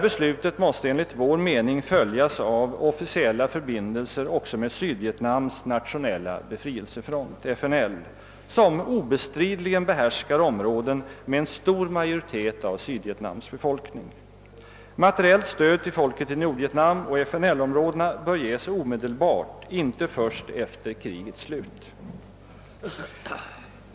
Nu måste enligt vår mening följa officiella förbindelser också med Sydvietnams nationella befrielsefront, FNL, som obestridligen behärskar områden med en stor majoritet av Sydvietnams befolkning. Materiellt stöd till folket i Nordvietnam och i FNL-områdena bör ges omedelbart, inte först efter krigets slut.